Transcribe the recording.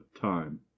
time